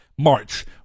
march